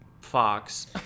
fox